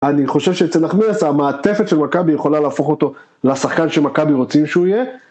אני חושב שאצל נחמיאס המעטפת של מכבי יכולה להפוך אותו לשחקן שמכבי רוצים שהוא יהיה